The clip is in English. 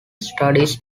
studies